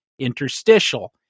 interstitial